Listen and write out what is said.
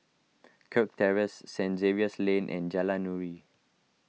Kirk Terrace Saint Xavier's Lane and Jalan Nuri